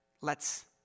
lets